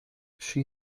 she